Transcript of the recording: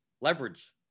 leverage